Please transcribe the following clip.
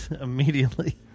immediately